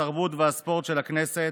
התרבות והספורט של הכנסת,